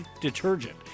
detergent